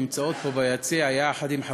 שנמצאות פה ביציע יחד עם חברותיהן.